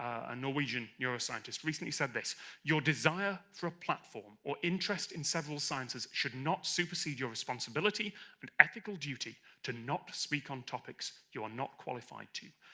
a norwegian neuroscientist recently said this your desire for a platform or interest in several sciences should not supersede your responsibility and ethical duty to not speak on topics you are not qualified to.